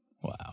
Wow